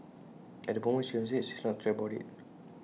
at the moment she enjoys IT she's not stressed about IT